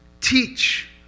teach